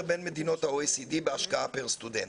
בין מדינות ה-OECD בהשקעה פר סטודנט.